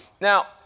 Now